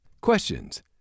Questions